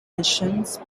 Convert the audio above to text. nations